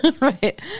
Right